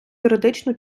юридичну